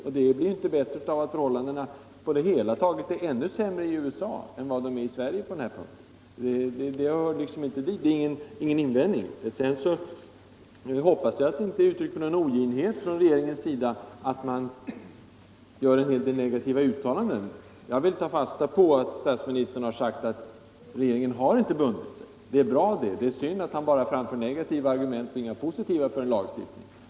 Saken blir inte bättre av att förhållandena på det hela taget är ännu sämre i USA än de är i Sverige när det gäller jämställdheten i stort. Det är ingen hållbar invändning. Jag hoppas att det inte är uttryck för någon oginhet hos regeringen att man gör en hel del negativa uttalanden. Jag vill ta fasta på att statsministern har sagt att regeringen inte har bundit sig. Det är bra, men det är synd att han bara framför negativa argument och inga positiva när det gäller lagstiftning.